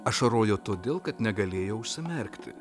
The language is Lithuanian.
ašarojo todėl kad negalėjo užsimerkti